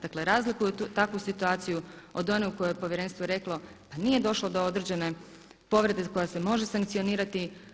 Dakle, razlikuju takvu situaciju od one u kojoj je Povjerenstvo reklo pa nije došlo do određene povrede koja se može sankcionirati.